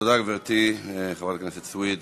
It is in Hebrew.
תודה, גברתי, חברת הכנסת סויד.